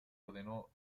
ordenó